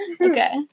Okay